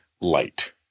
light